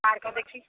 park ଦେଖିଛି